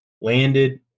landed